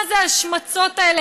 מה זה ההשמצות האלה,